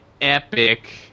epic